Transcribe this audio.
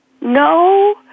No